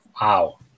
Wow